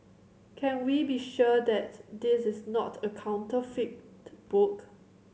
can we be sure that this is not a counterfeit book